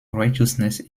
righteousness